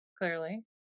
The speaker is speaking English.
clearly